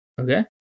okay